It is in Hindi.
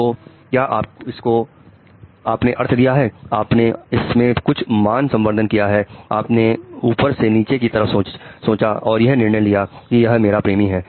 तो क्या इसको आपने अर्थ दिया है आपने इसमें कुछ मान संवर्धन किया है आपने ऊपर से नीचे की तरह सोच और यह निर्णय लिया है कि यह मेरा प्रेमी है